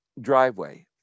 driveway